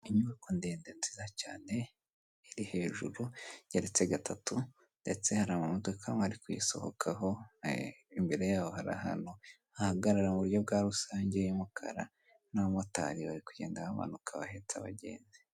Inyubako ndende nziza cyane iri hejuru igereretse gatatu ndetse hari amamodoka amwe ari kuyisohokaho, imbere yaho hari ahantu hahagarara muburyo bwa rusange y'umukara n'abamotari bari kugenda bamanuka bahetse abagenzi.